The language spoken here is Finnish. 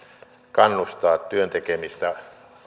kannustaa työn tekemiseen